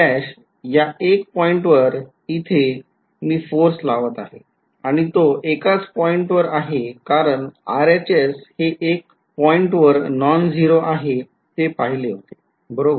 x याएक पॉईंटवर इथे मी फोर्स लावत आहे आणि तो एकाच पॉईंटवर आहे कारण RHS हे एक पॉईंटवर नॉन झिरो आहे हे पहिले होते बरोबर